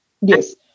Yes